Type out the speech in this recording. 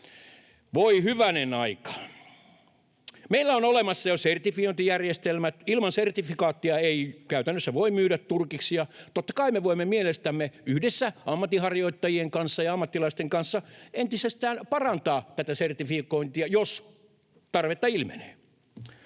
Voi hyvänen aika. Meillä on olemassa jo sertifiointijärjestelmät. Ilman sertifikaattia ei käytännössä voi myydä turkiksia. Totta kai me voimme mielestämme yhdessä ammatinharjoittajien kanssa ja ammattilaisten kanssa entisestään parantaa tätä sertifikointia, jos tarvetta ilmenee.